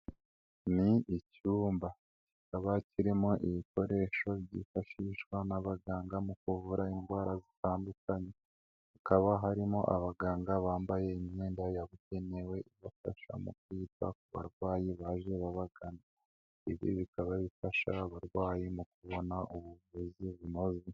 Ni icyumba kikaba kirimo ibikoresho byifashishwa n'abaganga mu kuvura indwara zitandukanye. Hakaba harimo abaganga bambaye imyenda yabugenewe ibafasha mu kwita ku barwayi baje babagana. Ibi bikaba bifasha abarwayi mu kubona ubuvuzi bunoze.